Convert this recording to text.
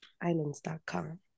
Islands.com